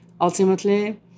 ultimately